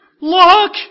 Look